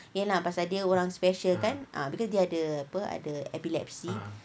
ye lah pasal dia orang special kan lepas tu dia ada apa ada epilepsy